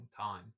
time